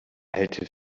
alte